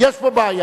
יש פה בעיה,